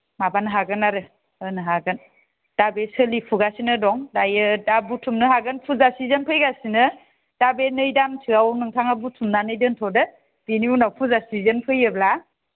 माबानो हागोन आरो होनो हागोन दा बे सोलिफुगासिनो दं दायो दा बुथुमनो हागोन फुजा सिजोन फैगासिनो दा बे नै दानसोआव नोंथाङा बुथुमनानै दोन्थ'दो बिनि उनाव फुजा सिजोन फैयोब्ला